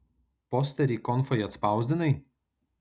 posterį konfai atspausdinai